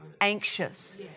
anxious